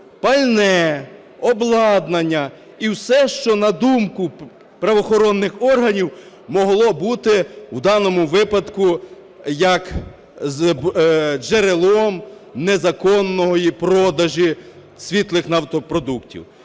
пальне, обладнання, і все, що на думку правоохоронних органів могло бути в даному випадку джерелом незаконного продажу світлих нафтопродуктів.